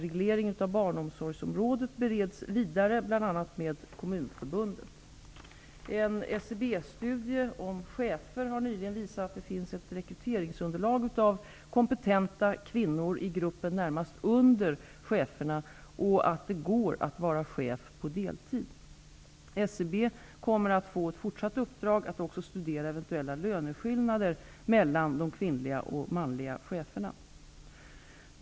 En SCB-studie om chefer har nyligen visat att det finns ett rekryteringsunderlag av kompetenta kvinnor i gruppen närmast under cheferna och att det går att vara chef på deltid. SCB kommer att få fortsatt uppdrag att också studera eventuella löneskillnader mellan de kvinnliga och manliga cheferna.